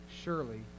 surely